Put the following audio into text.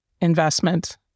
investment